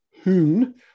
hoon